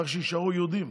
צריך שיישארו יהודים.